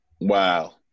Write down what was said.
Wow